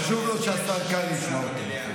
חשוב לו שהשר קרעי ישמע אותו.